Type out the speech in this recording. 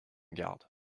garde